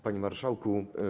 Panie Marszałku!